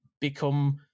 become